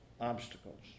obstacles